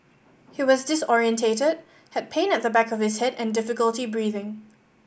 he was disorientated had pain at the back of his head and difficulty breathing